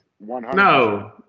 No